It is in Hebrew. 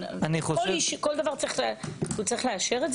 זה פשוט לא יאומן, כל דבר הוא צריך לאשר?